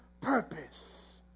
purpose